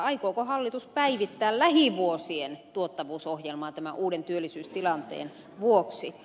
aikooko hallitus päivittää lähivuosien tuottavuusohjelmaa tämän uuden työllisyystilanteen vuoksi